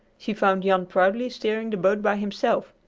she found jan proudly steering the boat by himself.